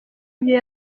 ibyo